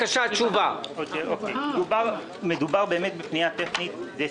מדובר בפנייה טכנית.